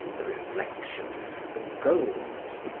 the reflections and the golds,